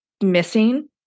missing